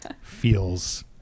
feels